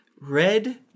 red